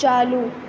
چالو